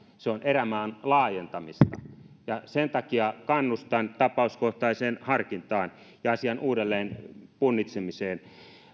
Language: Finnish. se on erämaan laajentamista sen takia kannustan tapauskohtaiseen harkintaan ja asian uudelleenpunnitsemiseen